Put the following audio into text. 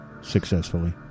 successfully